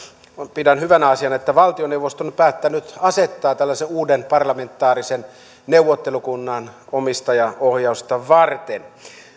pidän hyvänä asiana että valtioneuvosto on päättänyt asettaa tällaisen uuden parlamentaarisen neuvottelukunnan omistajaohjausta varten